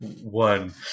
one